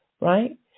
right